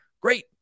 great